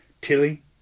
Tilly